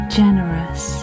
generous